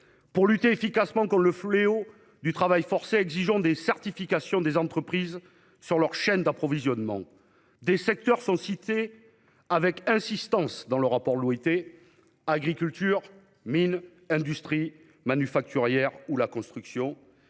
Pour lutter efficacement contre le fléau du travail forcé, exigeons des certifications des entreprises sur leurs chaînes d'approvisionnement. Des secteurs sont cités avec insistance dans le rapport de l'OIT : agriculture, mines, industrie manufacturière ou construction.